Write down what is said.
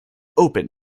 open